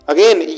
Again